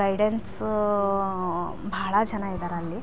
ಗೈಡೆನ್ಸೂ ಭಾಳ ಜನ ಇದ್ದಾರಲ್ಲಿ